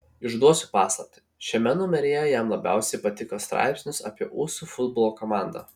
išduosiu paslaptį šiame numeryje jam labiausiai patiko straipsnis apie usų futbolo komandą